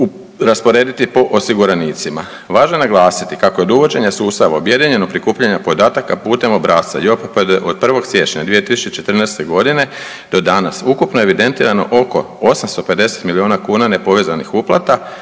rasporediti po osiguranicima. Važno je naglasiti kako je od uvođenje sustava objedinjeno prikupljanje podataka putem obrasca JOPPD od 1. siječnja 2014. do danas ukupno evidentirano oko 850 milijuna kuna nepovezanih uplata